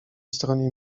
stronie